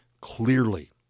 clearly